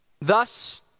Thus